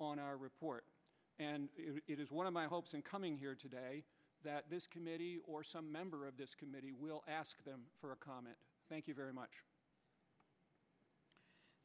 on our report and it is one of my hopes in coming here today that this committee or some member of this committee will ask them for a comment thank you very much